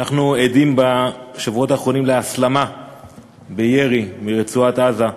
אנחנו עדים בשבועות האחרונים להסלמה בירי מרצועת-עזה,